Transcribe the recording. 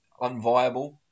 unviable